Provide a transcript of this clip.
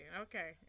okay